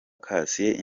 cassien